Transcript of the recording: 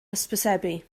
hysbysebu